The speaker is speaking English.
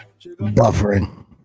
buffering